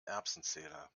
erbsenzähler